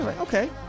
Okay